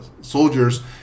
soldiers